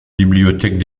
bibliothèques